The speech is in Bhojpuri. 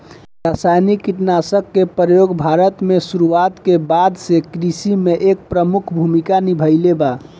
रासायनिक कीटनाशक के प्रयोग भारत में शुरुआत के बाद से कृषि में एक प्रमुख भूमिका निभाइले बा